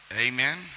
Amen